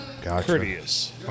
Courteous